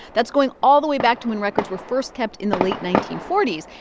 that's going all the way back to when records were first kept in the late nineteen forty s.